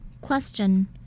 Question